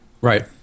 Right